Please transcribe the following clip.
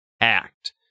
act